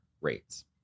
rates